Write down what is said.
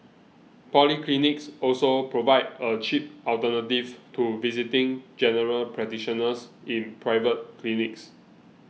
polyclinics also provide a cheap alternative to visiting General Practitioners in private clinics